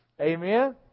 Amen